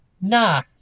nah